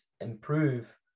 improve